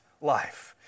life